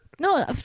No